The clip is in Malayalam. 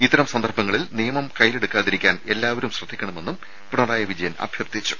ഇത്തരം സന്ദർഭങ്ങളിൽ നിയമം കൈയിലെടുക്കാതിരിക്കാൻ എല്ലാവരും ശ്രദ്ധിക്കണമെന്നും പിണറായി വിജയൻ അഭ്യർത്ഥിച്ചു